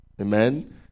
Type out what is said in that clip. Amen